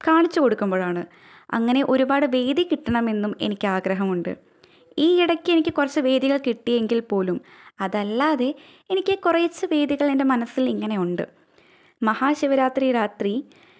കാണിച്ചു കൊടുക്കുമ്പോഴാണ് അങ്ങനെ ഒരുപാട് വേദി കിട്ടണമെന്നും എനിക്കാഗ്രഹമുണ്ട് ഈ ഇടയ്ക്ക് എനിക്ക് കുറച്ച് വേദികൾ കിട്ടിയെങ്കിൽ പോലും അതല്ലാതെ എനിക്ക് കുറച്ചു വേദികൾ എൻ്റെ മനസ്സിലിങ്ങനെ ഉണ്ട് മഹാ ശിവരാത്രി രാത്രി